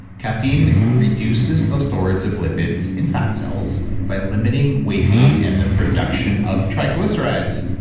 caffeine reduces the storage of lipids in fat cells by limiting weight gain and their production of triglycerides.